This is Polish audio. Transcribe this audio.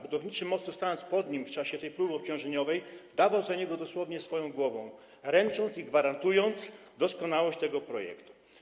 Budowniczy mostu, stając pod nim w czasie tej próby obciążeniowej, dawał za niego dosłownie swoją głowę, ręcząc i gwarantując doskonałość tego projektu.